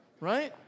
Right